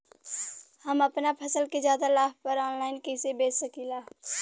हम अपना फसल के ज्यादा लाभ पर ऑनलाइन कइसे बेच सकीला?